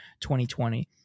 2020